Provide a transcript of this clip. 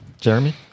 Jeremy